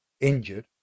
injured